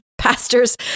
pastors